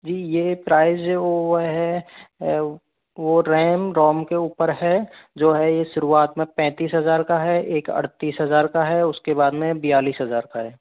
जी ये प्राइज़ जो वो है वो रेम रोम के ऊपर है जो है ये शुरुआत मे पैंतीस हजार का है एक अड़तीस हज़ार का है उसके बाद मे बयालीस हज़ार का है